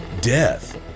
death